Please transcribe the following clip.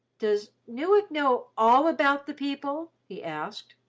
does newick know all about the people? he asked.